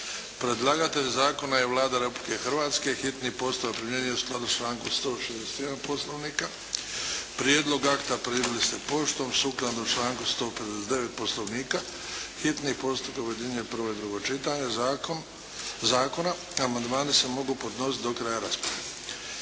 Predlagatelj zakona je Vlada Republike Hrvatske. Hitni postupak se primjenjuje u skladu s člankom 161. Poslovnika. Prijedlog akta primili ste poštom. Sukladno članku 159. Poslovnika, hitni postupak objedinjuje prvo i drugo čitanje zakona. Amandmani se mogu podnositi do kraja rasprave.